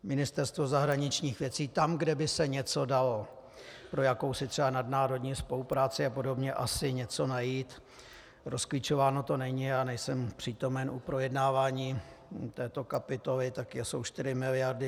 Ministerstvo zahraničních věcí tam, kde by se něco dalo pro jakousi třeba nadnárodní spolupráci a podobně asi něco najít, rozklíčováno to není, já nejsem přítomen u projednávání této kapitoly tak jsou 4 mld. 582 mil.